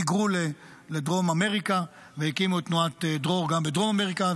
היגרו לדרום אמריקה והקימו את תנועת דרור גם בדרום אמריקה,